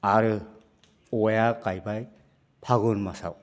आरो औवाया गायबाय फागुन मासाव